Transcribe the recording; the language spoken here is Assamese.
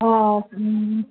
অঁ